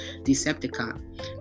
Decepticon